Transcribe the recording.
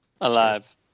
Alive